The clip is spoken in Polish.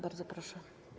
Bardzo proszę.